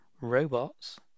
robots